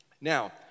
Now